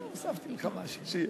הוספתי לך משהו, שיהיה.